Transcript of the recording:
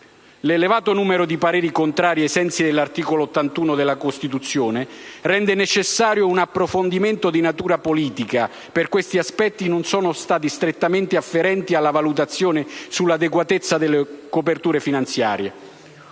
L'elevato numero di pareri contrari, ai sensi dell'articolo 81 della Costituzione, rende necessario un approfondimento di natura politica per quegli aspetti che non sono strettamente afferenti alla valutazione sull'adeguatezza della copertura finanziaria.